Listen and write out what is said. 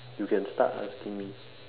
you can start asking me